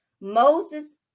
moses